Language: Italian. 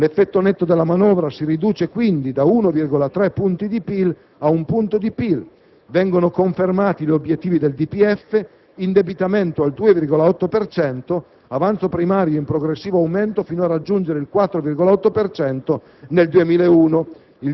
L'effetto netto della manovra si riduce quindi da 1,3 punti di PIL ad un punto di PIL. Vengono confermati gli obiettivi del DPEF: indebitamento al 2,8 per cento, avanzo primario in progressivo aumento, fino a raggiungere il 4,8 per cento